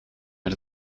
met